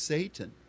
Satan